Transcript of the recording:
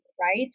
right